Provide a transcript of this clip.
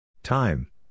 Time